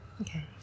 Okay